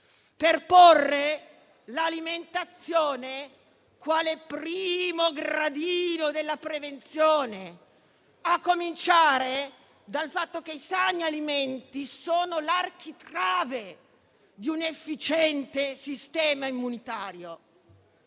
per porre l'alimentazione quale primo gradino della prevenzione, a cominciare dal fatto che i sani alimenti sono l'architrave di un efficiente sistema immunitario.